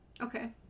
Okay